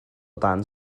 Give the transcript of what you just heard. dan